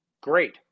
great